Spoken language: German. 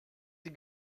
die